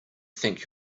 think